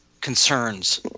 concerns